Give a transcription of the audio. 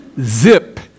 zip